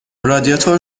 رادیاتور